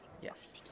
Yes